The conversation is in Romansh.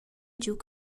giug